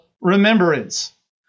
remembrance